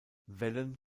wellen